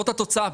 זאת התוצאה.